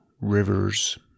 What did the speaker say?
rivers